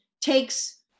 takes